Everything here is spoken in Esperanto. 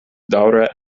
daŭre